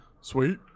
Sweet